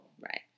Right